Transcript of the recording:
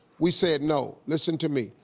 we said, no, listen to me,